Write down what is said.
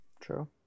true